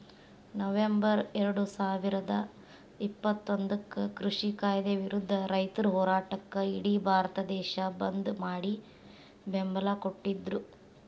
November ಎರಡುಸಾವಿರದ ಇಪ್ಪತ್ತೊಂದಕ್ಕ ಕೃಷಿ ಕಾಯ್ದೆ ವಿರುದ್ಧ ರೈತರ ಹೋರಾಟಕ್ಕ ಇಡಿ ಭಾರತ ದೇಶ ಬಂದ್ ಮಾಡಿ ಬೆಂಬಲ ಕೊಟ್ಟಿದ್ರು